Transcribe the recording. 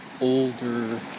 older